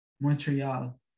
montreal